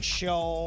show